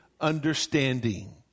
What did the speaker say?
understanding